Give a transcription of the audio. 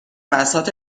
بساط